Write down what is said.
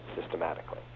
systematically